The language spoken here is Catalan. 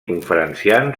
conferenciant